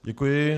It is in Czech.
Děkuji.